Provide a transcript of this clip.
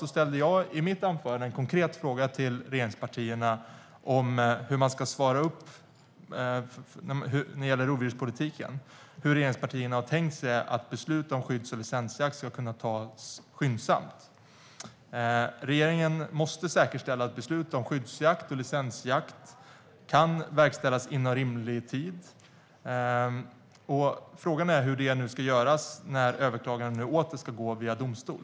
Jag ställde i mitt anförande en konkret fråga till regeringspartierna om hur de ska svara upp när det gäller rovdjurspolitiken och hur de har tänkt sig att beslut om skyddsjakt och licensjakt ska kunna tas skyndsamt. Regeringen måste säkerställa att beslut om skyddsjakt och licensjakt kan verkställas inom rimlig tid. Frågan är hur det nu ska göras när överklagandena nu åter ska gå via domstol.